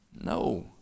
No